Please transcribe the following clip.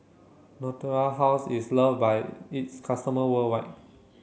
Natura House is loved by its customer worldwide